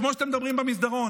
כמו שאתם מדברים במסדרון.